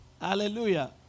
Hallelujah